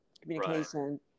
communication